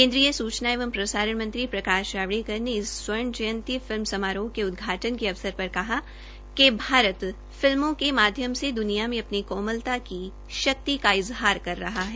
केन्द्रीय सूचना एवं प्रसारण प्रकाश जावड़ेकर ने इस स्वर्ण जयंती फिल्म समारोह के उदघाटन के अवसर पर कहा कि भारत फिल्मों के माध्यम से द्निया में अपनी कोमलता की शक्ति का इज़हार कर रहा है